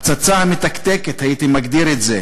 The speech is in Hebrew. הפצצה המתקתקת, הייתי מגדיר אותה,